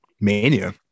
mania